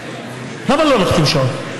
למה לא להחתים שעון?